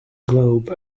globe